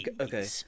okay